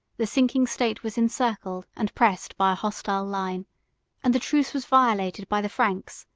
the sinking state was encircled and pressed by a hostile line and the truce was violated by the franks,